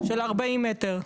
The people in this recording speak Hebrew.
של 40 מ"ר.